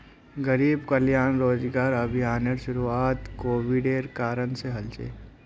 गरीब कल्याण रोजगार अभियानेर शुरुआत कोविडेर कारण से हल छिले